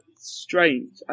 strange